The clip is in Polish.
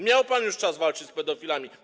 Miał pan już czas walczyć z pedofilami.